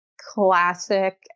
classic